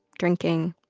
drinking.